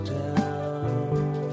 down